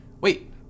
Wait